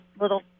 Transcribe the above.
little